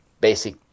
basic